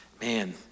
man